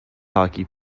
hockey